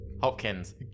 Hopkins